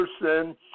person